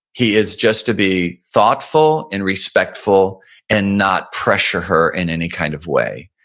he is just to be thoughtful and respectful and not pressure her in any kind of way.